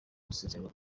gusezera